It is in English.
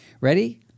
Ready